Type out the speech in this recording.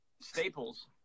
Staples